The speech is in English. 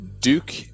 Duke